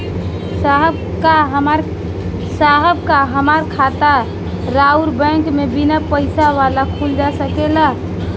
साहब का हमार खाता राऊर बैंक में बीना पैसा वाला खुल जा सकेला?